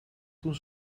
toen